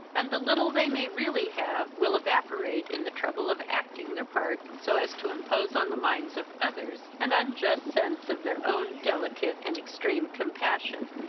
and the little they may really have will evaporate in the trouble of acting their part so as to impose on the minds of others an unjust sense of their own delicate and extreme compassion.